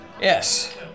Yes